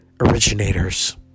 originators